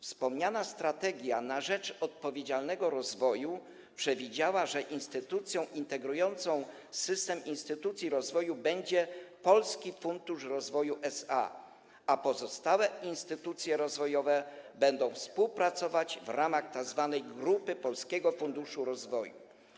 We wspomnianej „Strategii na rzecz odpowiedzialnego rozwoju” przewiduje się, że instytucją integrującą system instytucji rozwoju będzie Polski Fundusz Rozwoju SA, a pozostałe instytucje rozwojowe będą współpracować w ramach Grupy Polskiego Funduszu Rozwoju.